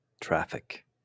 traffic